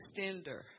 extender